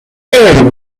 and